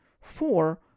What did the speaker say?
Four